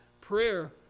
prayer